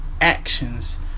actions